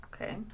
Okay